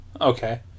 Okay